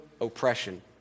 oppression